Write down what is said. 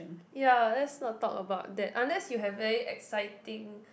ya let's not talk about that unless you have very exciting